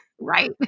Right